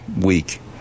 week